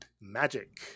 magic